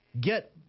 get